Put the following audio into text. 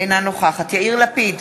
אינה נוכחת יאיר לפיד,